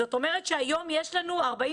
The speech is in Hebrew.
זאת אומרת, היום יש לנו 44